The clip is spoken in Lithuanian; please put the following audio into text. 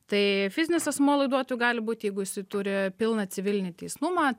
tai fizinis asmuo laiduotoju gali būt jeigu jisai turi pilną civilinį teisnumą